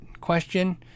question